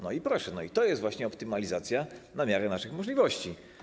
No i proszę, to jest właśnie optymalizacja na miarę naszych możliwości.